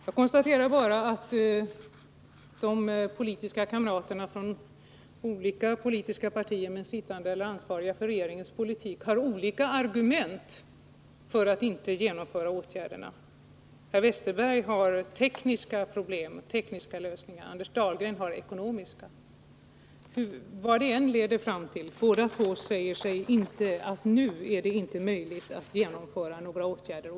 Jag konstaterar bara att mina båda meddebattörer, som visserligen tillhör olika partier men som sitter i regeringen resp. har ansvar för regeringens politik, har olika argument för att inte genomföra åtgärderna. Per Westerberg talar om de tekniska förutsättningarna och Anders Dahlgren om de ekonomiska. Båda säger emellertid att det inte nu är möjligt att genomföra några åtgärder.